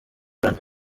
yagize